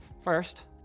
first